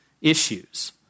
issues